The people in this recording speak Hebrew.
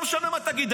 לא משנה מה תגיד,